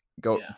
Go